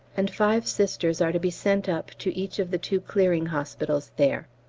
and five sisters are to be sent up to each of the two clearing hospitals there.